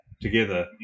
together